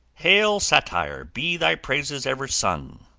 hail satire! be thy praises ever sung